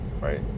right